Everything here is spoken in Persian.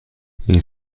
این